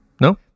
No